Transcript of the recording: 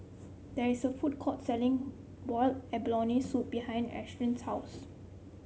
there is a food court selling Boiled Abalone Soup behind Ashlyn's house